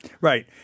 Right